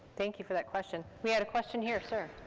thank you for that question. we had a question here, sir?